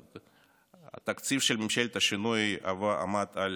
התקציב של ממשלת השינוי עמד על